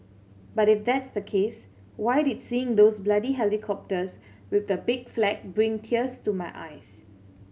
but if that's the case why did seeing those bloody helicopters with that big flag bring tears to my eyes